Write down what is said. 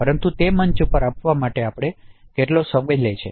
પરંતુ તે મંચ પર આપવા માટે આપડે કેટલો સમય લે છે